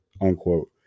unquote